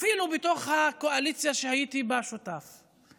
אפילו בתוך הקואליציה שהייתי שותף בה.